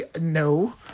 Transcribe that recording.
No